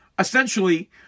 Essentially